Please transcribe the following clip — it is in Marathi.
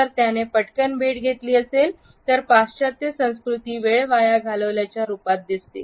जर त्याने पटकन भेट घेतली असेल तर पाश्चात्य संस्कृती वेळ वाया घालवल्याच्या रूपात दिसतील